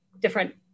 different